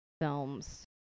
films